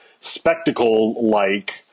spectacle-like